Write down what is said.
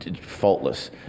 faultless